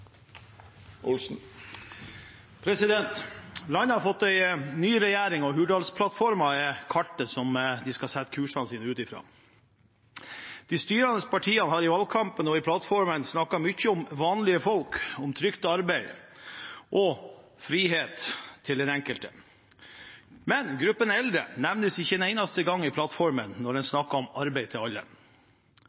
har fått en ny regjering, og Hurdalsplattformen er kartet som vi skal sette kursen ut fra. De styrende partiene har i valgkampen og i plattformen snakket mye om vanlige folk, om trygt arbeid og om frihet for den enkelte. Men gruppen eldre nevnes ikke en eneste gang i plattformen når det er snakk om arbeid til alle.